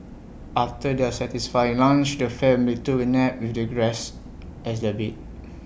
after their satisfying lunch the family took A nap with the grass as their bed